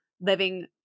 living